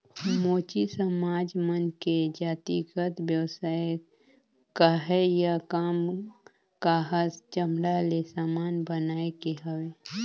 मोची समाज मन के जातिगत बेवसाय काहय या काम काहस चमड़ा ले समान बनाए के हवे